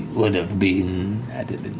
would've been, had it been